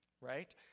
right